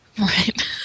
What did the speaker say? Right